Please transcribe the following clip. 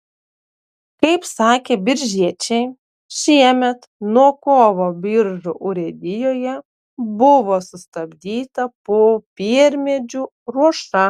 kaip sakė biržiečiai šiemet nuo kovo biržų urėdijoje buvo sustabdyta popiermedžių ruoša